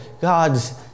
God's